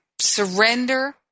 surrender